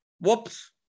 whoops